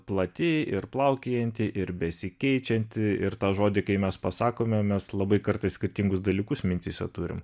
plati ir plaukiojanti ir besikeičianti ir tą žodį kai mes pasakome mes labai kartais skirtingus dalykus mintyse turim